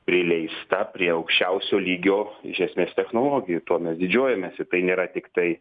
prileista prie aukščiausio lygio iš esmės technologijų tuo mes didžiuojamės ir tai nėra tiktai